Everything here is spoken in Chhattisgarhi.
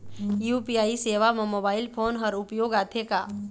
यू.पी.आई सेवा म मोबाइल फोन हर उपयोग आथे का?